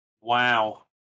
Wow